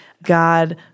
God